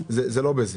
זה לא בזה.